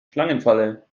schlangenfalle